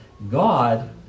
God